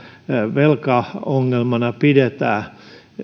velkaongelmana pidetään